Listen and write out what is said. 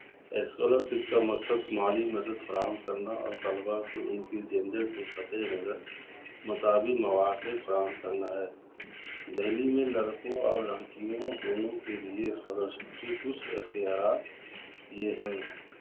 scholar شپ کا مقصد مالی مدد فراہم کرنا اور طلباء کو ان کی جینڈر سے قطع نظر مساوی مواقع فراہم کرنا ہے دہلی میں لڑکوں اور لڑکیوں دونوں کے لئے اسکالر شپ کی کچھ اختیارات یہ ہیں